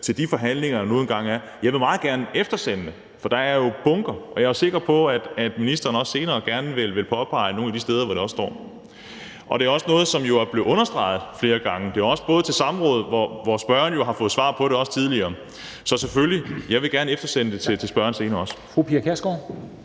i de forhandlinger, der nu engang er. Jeg vil meget gerne eftersende det, for der er jo bunker. Jeg er sikker på, at ministeren gerne senere vil påpege nogle af de steder, hvor det står. Det er også noget, som jo er blevet understreget flere gange, også til samråd, hvor spørgeren har fået svar på det tidligere. Så selvfølgelig vil jeg gerne eftersende det til spørgeren senere.